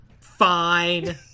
fine